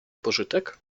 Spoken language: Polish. pożytek